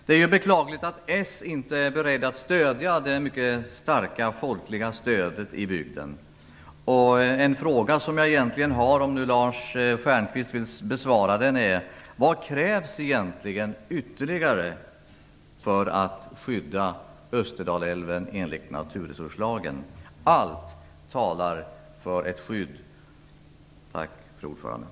Det är beklagligt att socialdemokraterna inte är beredda att ställa sig bakom det mycket starka folkliga stödet i bygden. Jag har en fråga, om nu Lars Stjernkvist vill besvara den: Vad krävs egentligen ytterligare för att skydda Österdalälven enligt naturresurslagen? Allt talar för ett skydd. Tack.